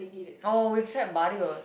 oh we've tried Barios